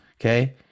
Okay